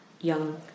young